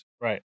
right